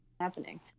happening